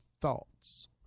thoughts